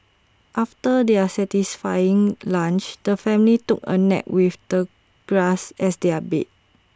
after their satisfying lunch the family took A nap with the grass as their bed